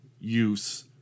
use